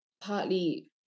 partly